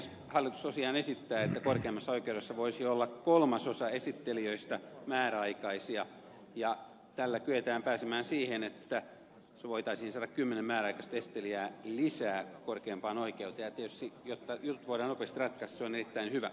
hallitus tosiaan esittää että korkeimmassa oikeudessa voisi olla kolmasosa esittelijöistä määräaikaisia ja tällä kyetään pääsemään siihen että voitaisiin saada kymmenen määräaikaista esittelijää lisää korkeimpaan oikeuteen ja tietysti jotta jutut voidaan nopeasti ratkaista se on erittäin hyvä